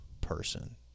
person